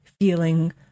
feeling